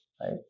right